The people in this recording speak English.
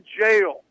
jail